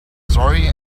story